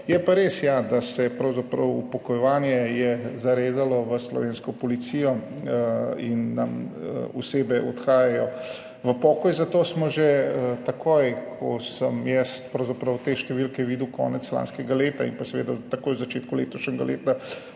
Je pa res, ja, da je pravzaprav upokojevanje zarezalo v slovensko policijo in nam osebe odhajajo v pokoj, zato smo že takoj, ko sem jaz pravzaprav videl te številke, konec lanskega leta in pa seveda takoj v začetku letošnjega leta,